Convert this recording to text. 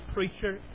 Preacher